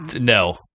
No